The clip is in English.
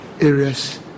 areas